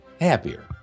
happier